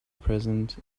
present